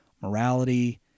morality